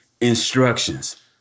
instructions